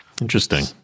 Interesting